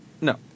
No